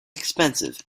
expensive